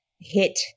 hit